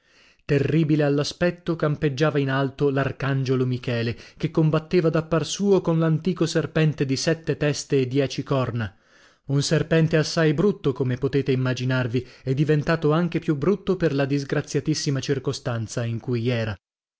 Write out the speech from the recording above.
terribile all'aspetto campeggiava in alto l'arcangiolo michele che combatteva da par suo con l'antico serpente di sette teste e di dieci corna un serpente assai brutto come potete immaginarvi e diventato anche più brutto per la disgraziatissima circostanza in cui era